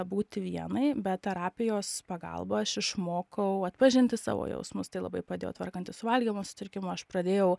būti vienai bet terapijos pagalba aš išmokau atpažinti savo jausmus tai labai padėjo tvarkantis su valgymo sutrikimu aš pradėjau